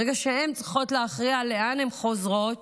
ברגע שהן צריכות להכריע לאן הן חוזרות,